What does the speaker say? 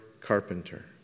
carpenter